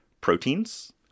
proteins